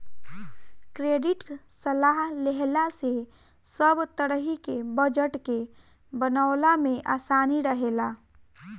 credit सलाह लेहला से सब तरही के बजट के बनवला में आसानी रहेला